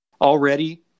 Already